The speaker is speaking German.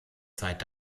zeit